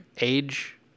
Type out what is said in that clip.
age